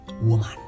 woman